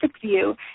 view